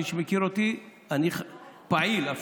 מי שמכיר אותי, אני אפילו פעיל,